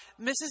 Mrs